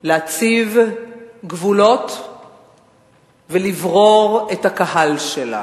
להציב גבולות ולברור את הקהל שלה.